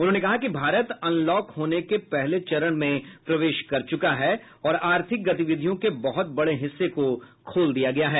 उन्होंने कहा कि भारत अनलॉक होने के पहले चरण में प्रवेश कर चुका है और आर्थिक गतिविधियों के बहुत बड़े हिस्से को खोल दिया गया है